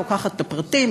לוקחת את הפרטים,